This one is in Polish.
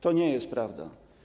To nie jest prawda.